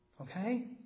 Okay